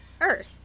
earth